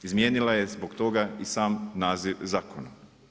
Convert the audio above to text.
Izmijenila je zbog toga i sam naziv zakona.